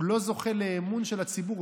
הוא לא זוכה לאמון הציבור.